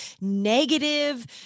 negative